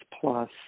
plus